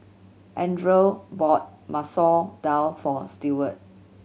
Andrae bought Masoor Dal for Stewart